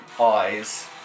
eyes